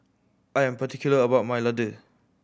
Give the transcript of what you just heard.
I am particular about my laddu